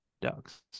ducks